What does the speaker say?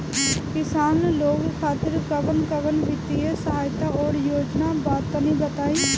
किसान लोग खातिर कवन कवन वित्तीय सहायता और योजना बा तनि बताई?